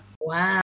Wow